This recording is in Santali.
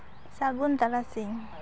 ᱥᱟᱹᱜᱩᱱ ᱛᱟᱨᱟᱥᱤᱧ